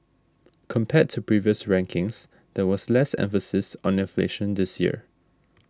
compared to previous rankings there was less emphasis on inflation this year